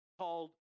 called